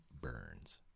Burns